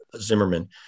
Zimmerman